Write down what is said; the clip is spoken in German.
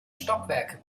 stockwerke